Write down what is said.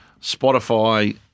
Spotify